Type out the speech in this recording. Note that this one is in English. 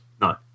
No